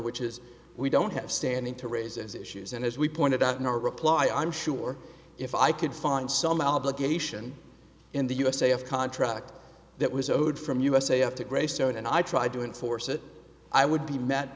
which is we don't have standing to raise as issues and as we pointed out in our reply i'm sure if i could find some obligation in the usa of contract that was owed from usa after greystone and i tried to enforce it i would be met